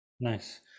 Nice